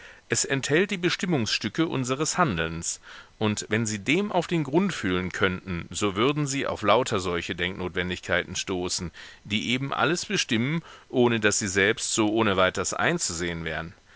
es enthält die bestimmungsstücke unseres handelns und wenn sie dem auf den grund fühlen könnten so würden sie auf lauter solche denknotwendigkeiten stoßen die eben alles bestimmen ohne daß sie selbst so ohneweiters einzusehen wären